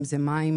מים,